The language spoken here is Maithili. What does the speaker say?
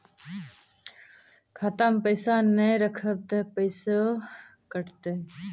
खाता मे पैसा ने रखब ते पैसों कटते?